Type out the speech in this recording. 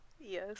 yes